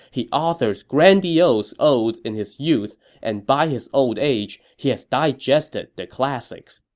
he authors grandiose odes in his youth and by his old age he has digested the classics.